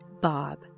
Bob